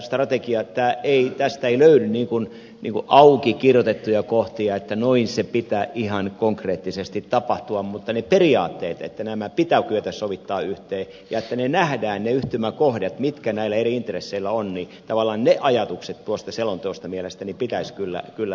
tästä strategiasta ei tavallaan löydy auki kirjoitettuja kohtia että noin sen pitää ihan konkreettisesti tapahtua mutta ne periaatteet että nämä pitää kyetä sovittamaan yhteen ja että ne yhtymäkohdat nähdään mitkä näillä eri intresseillä on tavallaan ne ajatukset tuosta selonteosta mielestäni pitäisi kyllä löytyä